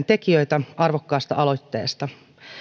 tekijöitä arvokkaasta aloitteesta